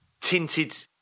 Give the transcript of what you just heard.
tinted